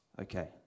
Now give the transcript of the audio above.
Okay